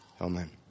Amen